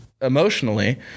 emotionally